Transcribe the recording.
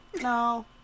no